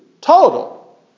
Total